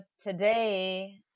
today